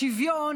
השוויון,